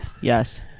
Yes